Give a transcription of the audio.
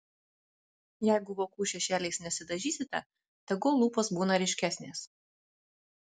jeigu vokų šešėliais nesidažysite tegul lūpos būna ryškesnės